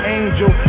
angel